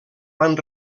van